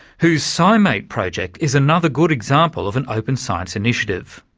whose sci-mate project is another good example of an open science initiative.